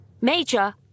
Major